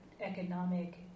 economic